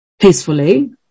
peacefully